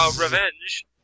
Revenge